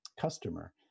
customer